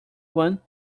one